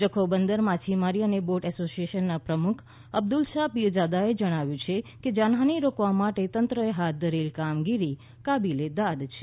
જખૌ બંદર માછીમાર અને બોટ એસોસીએશન ના પ્રમુખ અબ્દુલશા પીરજાદા એ જણાવ્યુ છે કે જાનહાનિ રોકવા માટે તંત્ર એ હાથ ધારેલી કામગીરી કાબિલે દાદ છે